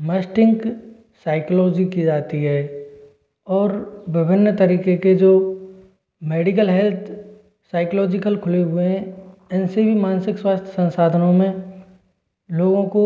psychology की जाती है और विभिन्न तरीके के मेडिकल हेल्थ साइकोलॉजिकल खुले हुए हैं इनसे भी मानसिक स्वास्थ्य संसाधनों में लोगों को